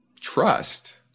trust